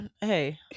Hey